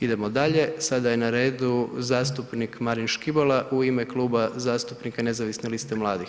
Idemo dalje, sada je na radu zastupnik Marin Škibola u ime Kluba zastupnika Nezavisne liste mladih.